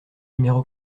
numéro